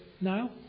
now